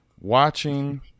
watching –